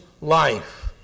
life